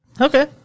Okay